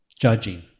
judging